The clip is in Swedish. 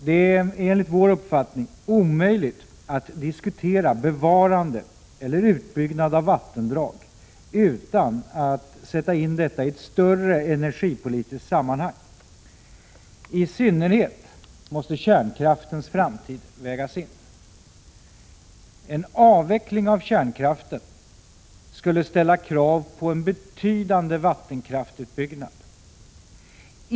Det är enligt vår uppfattning omöjligt att diskutera bevarande eller utbyggnad av vattendrag utan att sätta in det hela i ett större energipolitiskt sammanhang. I synnerhet måste kärnkraftens framtid vägas in. En avveckling av kärnkraften skulle ställa krav på en betydande vattenkraftsutbyggnad.